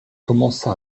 commença